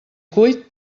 cuit